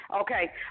Okay